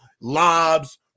lobs